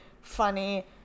funny